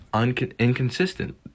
inconsistent